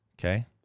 Okay